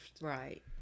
right